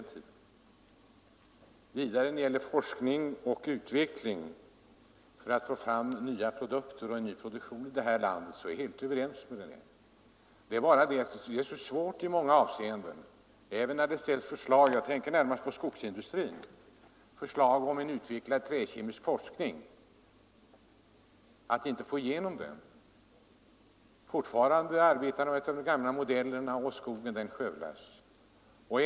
När det vidare gäller forskning och utveckling för att få fram nya produkter och en ny produktion i vårt land är jag helt överens med Rune Johansson. Det är bara så svårt att t.ex. inom skogsindustrin få till stånd en utvecklad träkemisk forskning. Fortfarande arbetar man efter de gamla modellerna, som innebär att skogen skövlas.